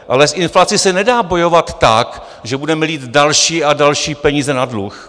Ale s inflací se nedá bojovat tak, že budeme lít další a další peníze na dluh.